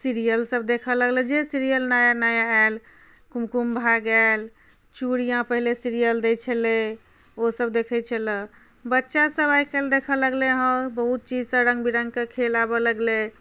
सीरियलसब देखऽ लगलथि जे सीरियल नया नया आएल कुमकुम भाग्य आएल चूड़ियाँ पहिने सीरियल दै छलै ओसब देखै छलै बच्चासब आइ काल्हि देखऽ लगलै हँ बहुत चीज सब रङ्गबिरङ्गके खेल आबऽ लगलै